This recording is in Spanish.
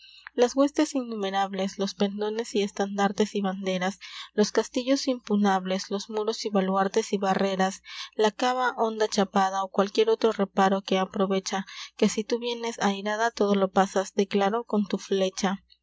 las huestes innumerables los pendones y estandartes y vanderas los castillos impunables los muros y baluartes y barreras la caua honda chapada o qualquier otro reparo que aprouecha que si tu vienes ayrada todo lo passas de claro con tu flecha d